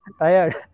tired